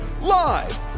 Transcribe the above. Live